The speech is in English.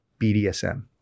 BDSM